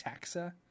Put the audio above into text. taxa